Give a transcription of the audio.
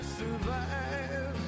survive